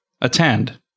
attend